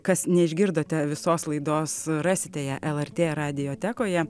kas neišgirdote visos laidos rasite ją el er t radijo tekoje